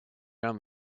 down